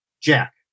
Jack